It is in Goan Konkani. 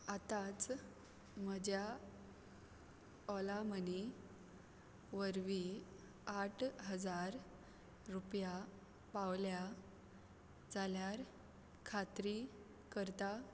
आतांच म्हज्या ऑला मनी वरवीं आठ हजार रुपया पावल्या जाल्यार खात्री करता